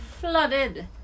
flooded